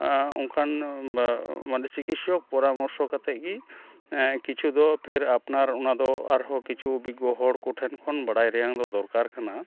ᱚᱝᱠᱟᱱ ᱢᱟᱱᱮ ᱪᱤᱠᱤᱛᱥᱚᱠ ᱯᱚᱨᱟᱢᱚᱨᱥᱚ ᱠᱟᱛᱮᱫᱜᱮ ᱠᱤᱪᱷᱩᱫᱚ ᱯᱷᱮᱨ ᱟᱯᱱᱟᱨ ᱚᱱᱟᱫᱚ ᱟᱨᱦᱚᱸ ᱠᱤᱪᱷᱩ ᱚᱵᱷᱤᱜᱽᱜᱚ ᱦᱚᱲ ᱠᱚᱴᱷᱮᱱ ᱠᱷᱚᱱ ᱵᱟᱲᱟᱭ ᱨᱮᱭᱟᱝᱫᱚ ᱫᱚᱨᱠᱟᱨ ᱠᱟᱱᱟ